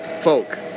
folk